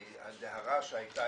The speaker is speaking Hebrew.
כי הדהרה שהייתה,